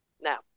Now